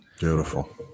Beautiful